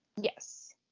yes